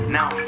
now